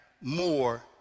more